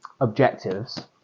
objectives